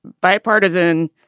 bipartisan